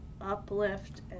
uplift